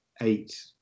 eight